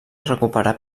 recuperar